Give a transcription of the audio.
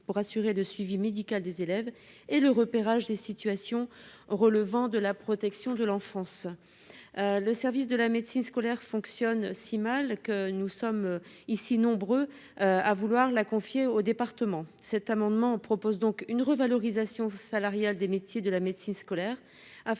pour assurer le suivi médical des élèves et le repérage des situations relevant de la protection de l'enfance, le service de la médecine scolaire fonctionne si mal que nous sommes ici nombreux à vouloir la confier aux départements, cet amendement propose donc une revalorisation salariale des métiers de la médecine scolaire, afin